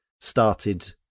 started